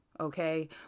Okay